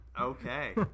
okay